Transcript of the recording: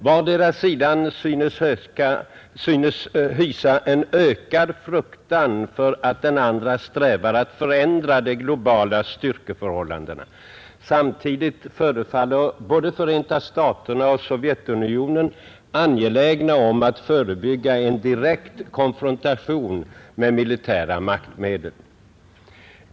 Vardera sidan synes hysa en ökad fruktan för att den andra strävar att förändra de globala styrkeförhållandena. Samtidigt förefaller både Förenta staterna och Sovjetunionen angelägna om att förebygga en direkt konfrontation med militära maktmedel.